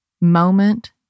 moment